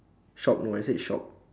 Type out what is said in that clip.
shop no I said shop